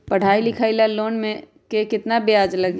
पढाई लिखाई ला लोन के कितना सालाना ब्याज लगी?